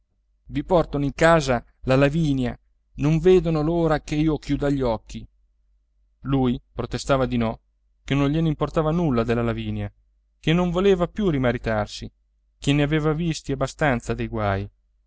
i portano in casa la lavinia non vedono l'ora che io chiuda gli occhi lui protestava di no che non gliene importava nulla della lavinia che non voleva più rimaritarsi che ne aveva visti abbastanza dei guai